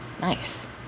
Nice